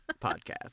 podcast